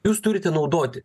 jūs turite naudoti